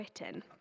written